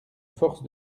force